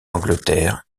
angleterre